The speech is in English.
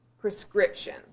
prescription